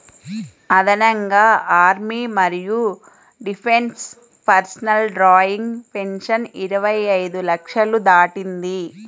అదనంగా ఆర్మీ మరియు defence personnel drawing pension ఇరవై ఐదు లక్షలు దాటింది